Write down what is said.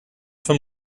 vom